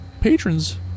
patrons